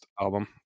album